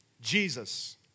Jesus